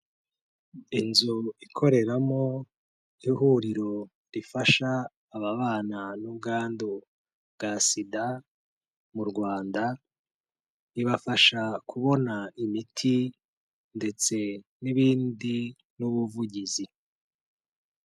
Inzu ikoreramo ihuriro rifasha ababana n'ubwandu bwa SIDA mu Rwanda, ribafasha kubona imiti ndetse n'ibindi n'ubuvugizi.